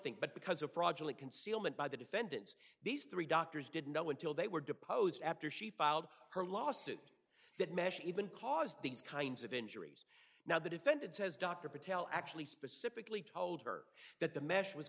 thing but because of fraudulent concealment by the defendants these three doctors didn't know until they were deposed after she filed her lawsuit that mesh even caused these kinds of injuries now the defendant says dr patel actually specifically told her that the